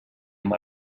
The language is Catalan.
amb